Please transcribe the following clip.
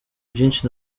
byinshi